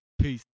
Peace